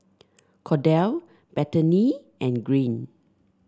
Kordell Bethany and Green